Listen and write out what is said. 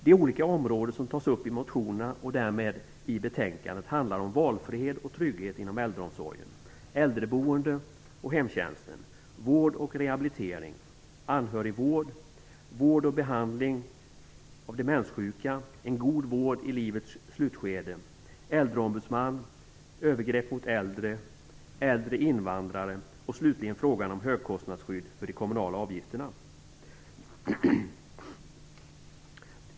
De olika områden som tas upp i motionerna och därmed i betänkandet handlar om valfrihet och trygghet inom äldreomsorgen, äldreboendet och hemtjänsten samt om vård och rehabilitering, anhörigvård, vård och behandling av demenssjuka, en god vård i livets slutskede, äldreombudsman, övergrepp mot äldre, äldre invandrare och frågan om högkostnadsskydd för kommunala avgifter.